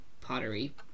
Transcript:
pottery